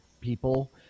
people